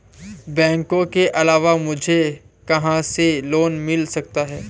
बैंकों के अलावा मुझे कहां से लोंन मिल सकता है?